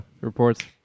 reports